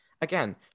Again